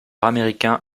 américain